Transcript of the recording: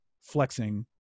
flexing